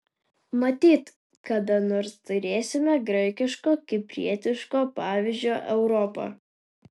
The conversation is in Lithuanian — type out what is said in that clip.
matyt kada nors turėsime graikiško kiprietiško pavyzdžio europą